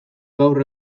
gaur